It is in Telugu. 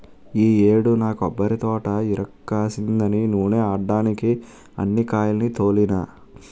ఈ యేడు నా కొబ్బరితోట ఇరక్కాసిందని నూనే ఆడడ్డానికే అన్ని కాయాల్ని తోలినా